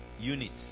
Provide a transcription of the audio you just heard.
units